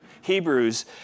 Hebrews